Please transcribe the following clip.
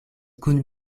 kun